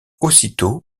aussitôt